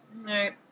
right